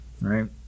Right